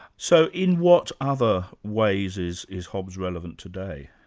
so, in what other ways is is hobbes relevant today?